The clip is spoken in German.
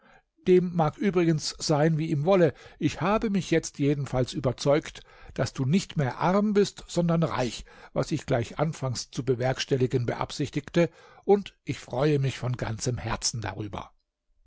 dem mag übrigens sein wie ihm wolle ich habe mich jetzt jedenfalls überzeugt daß du nicht mehr arm bist sondern reich was ich gleich anfangs zu bewerkstelligen beabsichtigte und ich freue mich von ganzem herzen darüber